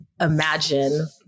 Imagine